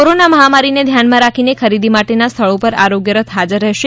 corona મહામારીને ધ્યાનમાં રાખીને ખરીદી માટેના સ્થળો પર આરોગ્ય રથ હાજર રહેશે